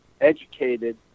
educated